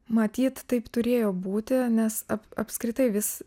matyt taip turėjo būti nes apskritai vis